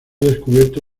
descubierto